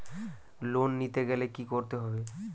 Loan নিতে গেলে কি করতে হবে?